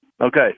Okay